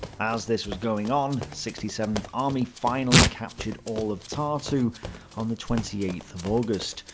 as this was going on, sixty seventh army finally captured all of tartu on the twenty eighth of august,